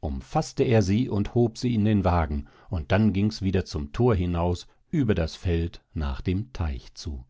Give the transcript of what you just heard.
umfaßte er sie und hob sie in den wagen und dann gings wieder zum thor hinaus über das feld nach dem teich zu